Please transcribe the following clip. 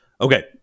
Okay